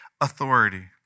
authority